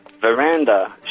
Veranda